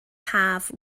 haf